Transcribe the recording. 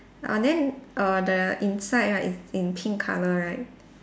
uh then err the inside right is in pink colour right